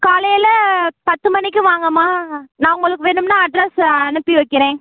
காலையில் பத்து மணிக்கு வாங்கம்மா நான் உங்களுக்கு வேணும்னால் அட்ரெஸை அனுப்பி வைக்கிறேன்